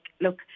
look